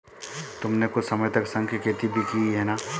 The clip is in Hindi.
तुमने कुछ समय तक शंख की खेती भी की है ना?